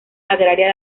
agraria